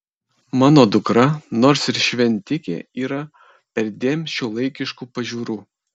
mano dukra nors ir šventikė yra perdėm šiuolaikiškų pažiūrų